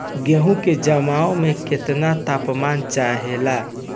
गेहू की जमाव में केतना तापमान चाहेला?